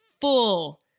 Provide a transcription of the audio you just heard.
full